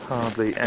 Hardly